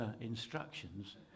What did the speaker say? instructions